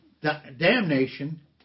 damnation